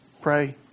Pray